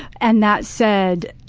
and that said,